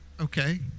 Okay